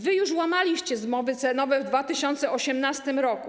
Wy już łamaliście zmowy cenowe w 2018 r.